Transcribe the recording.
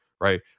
right